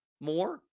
more